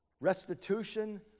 restitution